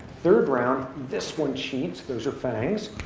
third round, this one cheats those are fangs.